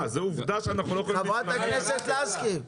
חברת הכנסת לסקי,